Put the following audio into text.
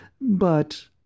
But—